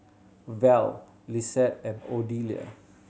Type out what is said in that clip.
val Lissette and Odelia